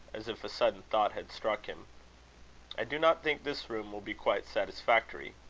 as if a sudden thought had struck him i do not think this room will be quite satisfactory.